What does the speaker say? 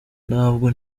ntabwo